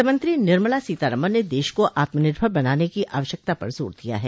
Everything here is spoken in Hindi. वित्तमंत्री निर्मला सीतारामन ने देश को आत्मनिर्भर बनाने की आवश्यकता पर जोर दिया है